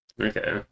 Okay